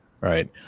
Right